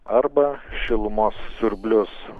arba šilumos siurblius